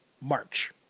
March